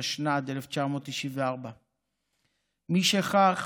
התשנ"ד 1994. משכך,